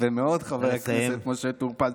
יפה מאוד, חבר הכנסת משה טור פז.